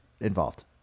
involved